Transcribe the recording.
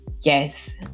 yes